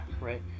right